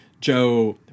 Joe